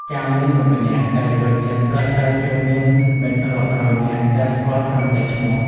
ការមានមិត្តម្នាក់ដែលយល់ចិត្ត ប្រសើរជាងមានមិត្តរាប់រយនាក់ដែលស្គាល់ត្រឹមតែឈ្មោះ។